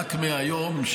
רק מהיום,